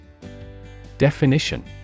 Definition